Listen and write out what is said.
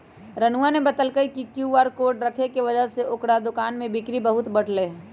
रानूआ ने बतल कई कि क्यू आर कोड रखे के वजह से ओकरा दुकान में बिक्री बहुत बढ़ लय है